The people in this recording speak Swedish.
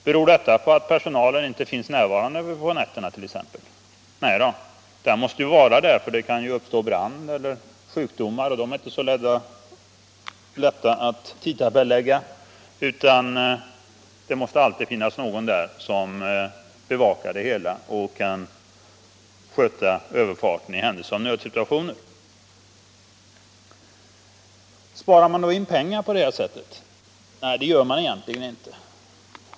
Beror detta t.ex. på att personalen inte finns tillgänglig på nätterna? Nej då, den måste vara till hands, eftersom det kan uppstå brand eller sjukdomar, och sådant är inte så lätt att tidtabellägga. Det måste alltså alltid finnas någon där som kan sköta överfarten i händelse av nödsituationer. Sparar man då in pengar på detta sätt? Nej, det gör man inte.